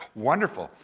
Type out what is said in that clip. wonderful.